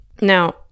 Now